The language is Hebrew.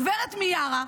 הגב' מיארה,